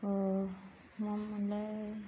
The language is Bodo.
मा मोनलाय